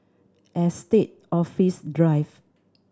Estate Office Drive